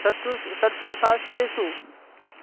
षट्सु षट्सु शास्त्रेषु